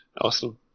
Awesome